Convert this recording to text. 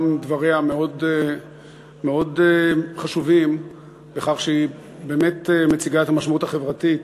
גם דבריה מאוד חשובים בכך שהיא באמת מציגה את המשמעות החברתית